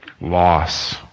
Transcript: Loss